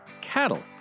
Cattle